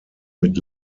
mit